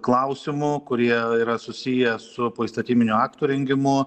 klausimų kurie yra susiję su poįstatyminių aktų rengimu